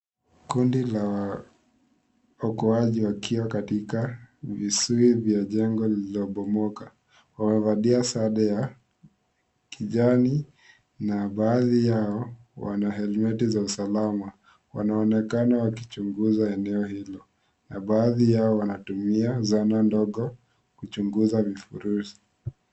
Kundi la waokoaji, wakiwa katika visui vya jengo lililobimoka, wamevalia sare ya kijani na vazi yao, wana helmeti za usalama, wanaonekana wakichunguza eneo hilo, na baadhi yao wanatumia zana ndogo kuchunguza vifurushi.